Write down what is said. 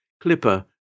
Clipper